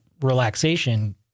relaxation